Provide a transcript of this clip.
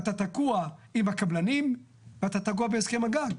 אתה תקוע עם הקבלנים ואתה תקוע בהסכם הגג.